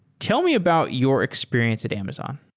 tell me about your experience at amazon.